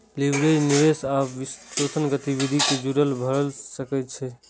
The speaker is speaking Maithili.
लीवरेज निवेश आ वित्तपोषण गतिविधि सं जुड़ल भए सकै छै